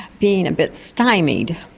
being a bit stymied.